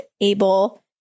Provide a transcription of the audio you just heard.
able